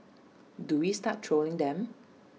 do we start trolling them